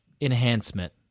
enhancement